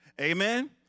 Amen